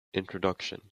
introduction